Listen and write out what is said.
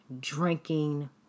drinking